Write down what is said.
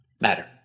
matter